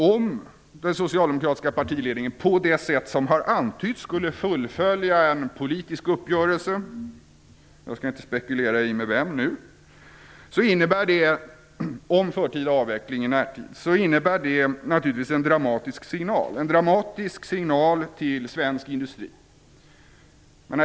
Om den socialdemokratiska partiledningen på det sätt som antytts skall fullfölja en politisk uppgörelse om en förtida avveckling - jag skall inte nu spekulera med vem - är det naturligtvis en dramatisk signal till svensk industri.